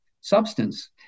substance